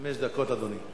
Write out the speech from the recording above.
חמש דקות, אדוני.